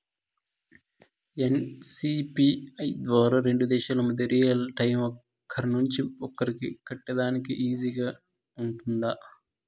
NCPI ద్వారా రెండు దేశాల మధ్య రియల్ టైము ఒకరి నుంచి ఒకరికి కట్టేదానికి ఈజీగా గా ఉంటుందా?